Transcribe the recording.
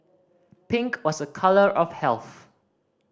pink was a colour of health